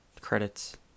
credits